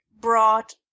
brought